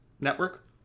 network